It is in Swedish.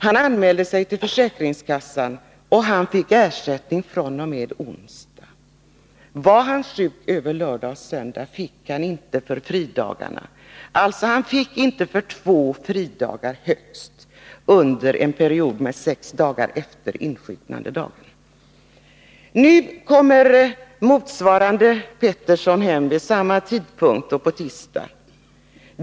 Han anmälde sig till försäkringskassan och fick ersättning fr.o.m. onsdag. Var han sjuk över lördag och söndag fick han inte sjuklön för fridagarna. Han fick alltså inte sjuklön för två fridagar under en period av sex dagar efter insjuknandedagen. Nu kommer samme Pettersson hen: på tisdag.